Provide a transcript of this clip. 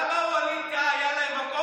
למה לווליד טאהא היה מקום,